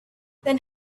then